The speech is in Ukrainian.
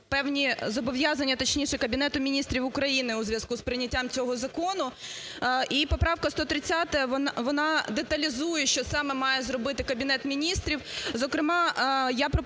певні зобов'язання, точніше Кабінету Міністрів України, у зв'язку з прийняттям цього закону. І поправка 130 вона деталізує, що саме має зробити Кабінет Міністрів, зокрема, я пропоную,